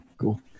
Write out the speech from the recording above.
cool